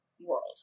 world